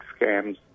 scams